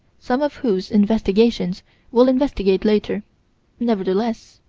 some of whose investigations we'll investigate later nevertheless